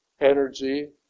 energy